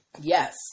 Yes